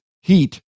heat